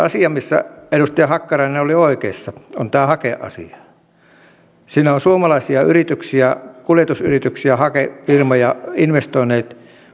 asia missä edustaja hakkarainen oli oikeassa on tämä hakeasia siinä on suomalaisia yrityksiä kuljetusyrityksiä hakefirmoja investoinut